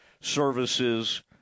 Services